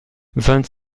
vingt